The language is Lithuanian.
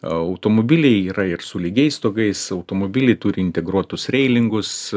automobiliai yra ir su lygiais stogais automobiliai turi integruotus reilingus